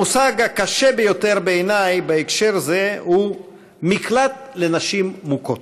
המושג הקשה ביותר בעיניי בהקשר זה הוא מקלט לנשים מוכות,